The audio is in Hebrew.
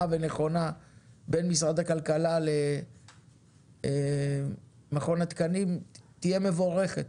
ונכונה בין משרד הכלכלה למכון התקנים תהיה מבורכת.